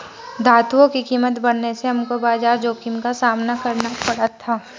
धातुओं की कीमत बढ़ने से हमको बाजार जोखिम का सामना करना पड़ा था